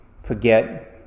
forget